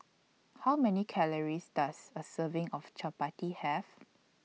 How Many Calories Does A Serving of Chappati Have